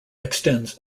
extends